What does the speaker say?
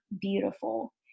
beautiful